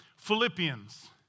Philippians